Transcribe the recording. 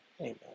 amen